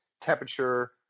temperature